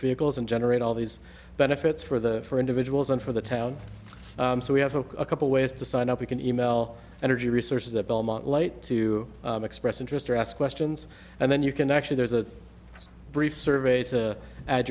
vehicles and generate all these benefits for the for individuals and for the town so we have a couple ways to sign up we can e mail energy resources that belmont light to express interest or ask questions and then you can actually there's a brief survey